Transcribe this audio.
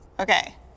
Okay